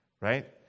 right